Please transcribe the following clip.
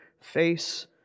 face